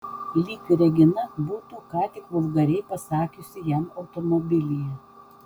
lyg regina būtų ką tik vulgariai pasakiusi jam automobilyje